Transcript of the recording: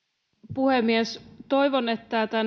puhemies toivon että